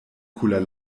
cooler